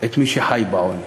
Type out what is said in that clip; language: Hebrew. את מי שחי בעוני.